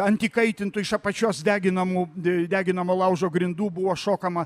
ant įkaitintų iš apačios deginamų deginamo laužo grindų buvo šokama